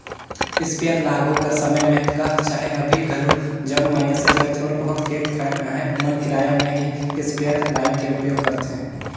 sprayer ल आघु कर समे में कह चहे अभीं घलो जउन मइनसे जग थोर बहुत खेत खाएर अहे ओमन किराया में ही इस्परे लाएन के उपयोग करथे